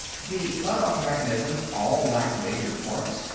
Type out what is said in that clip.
the letoff mechanisms all lack major parts.